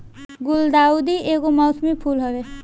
गुलदाउदी एगो मौसमी फूल हवे